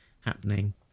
happening